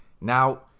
Now